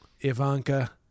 Ivanka